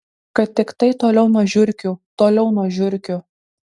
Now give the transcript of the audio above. kad tiktai toliau nuo žiurkių toliau nuo žiurkių